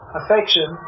affection